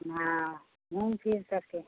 हाँ घूम फिर सकते हैं